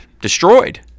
destroyed